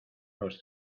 los